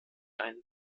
einen